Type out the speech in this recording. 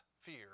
fear